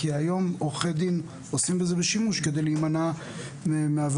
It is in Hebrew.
כי היום עורכי דין עושים בזה שימוש כדי להימנע מעבירות.